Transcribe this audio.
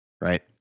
right